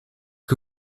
que